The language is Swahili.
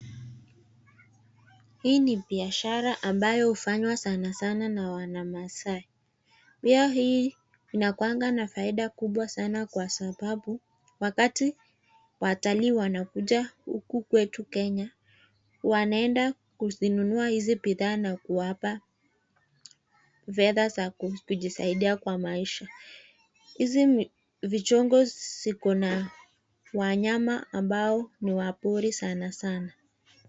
Hii ni biashara ambayo hufanywa sana sana na wanamaasai. Pia hii inakuanga na faida kubwa sana kwa sababu wakati watalii wanakuja huku kwetu Kenya wanaenda kuzinunua hizi bidhaa na kuwapa fedha za kujisaidia kwa maisha. Hizi vichongo ziko na wanyama ambao ni wa pori sana sana.